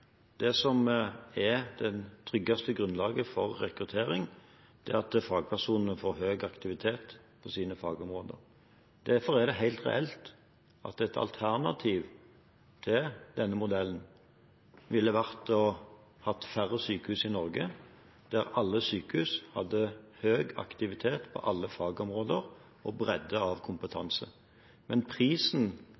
er det tryggeste grunnlaget for rekruttering at fagpersonene får høy aktivitet på sine fagområder. Derfor er det helt reelt at et alternativ til denne modellen ville vært å ha færre sykehus i Norge, der alle sykehus hadde høy aktivitet på alle fagområder og bredde